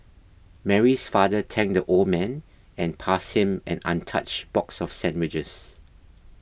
Mary's father thanked the old man and passed him an untouched box of sandwiches